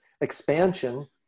expansion